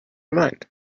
mind